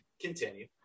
Continue